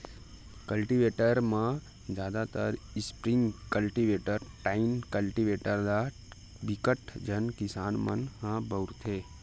cultivator म जादातर spring cultivator, tine cultivator ल बिकट झन किसान मन ह बउरथे